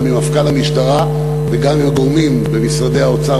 גם ממפכ"ל המשטרה וגם מגורמים במשרד האוצר